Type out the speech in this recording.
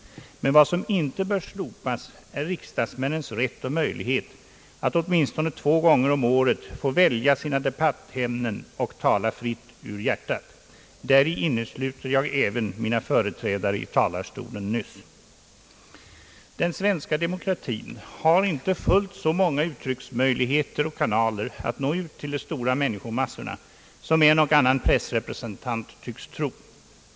Men vad som inte bör slopas är riksdagsmännens rätt och möjlighet att åtminstone två gånger om året få välja sina debattämnen och tala fritt ur hjärtat. Däri innesluter jag även mina företrädare i talarstolen nyss. Den svenska demokratin har inte fullt så många uttrycksmöjligheter och kanaler för att nå ut till de stora människomassorna som en och annan pressrepresentant tycks tro.